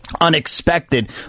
unexpected